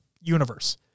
universe